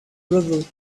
gravel